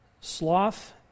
Sloth